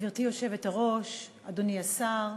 גברתי היושבת-ראש, אדוני השר,